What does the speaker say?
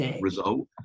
result